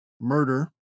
murder